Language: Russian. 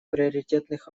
приоритетных